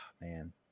man